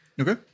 Okay